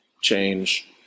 change